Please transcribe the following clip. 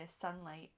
sunlight